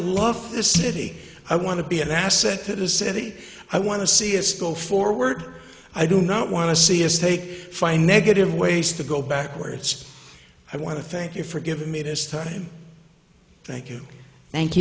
love this city i want to be an asset to the city i want to see a school forward i do not want to see a stake find negative ways to go backwards i want to thank you for giving me this time thank you thank